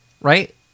right